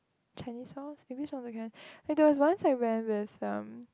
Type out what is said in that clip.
Chinese songs English songs also can there was once I went with um